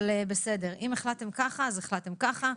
אבל בסדר, אם החלטתם ככה אז החלטתם ככה.